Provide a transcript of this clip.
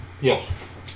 Yes